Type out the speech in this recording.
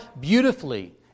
beautifully